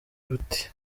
buti